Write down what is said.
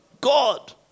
God